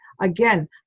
Again